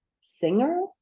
singer